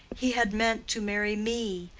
he had meant to marry me.